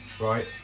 right